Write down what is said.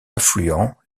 affluent